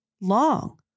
long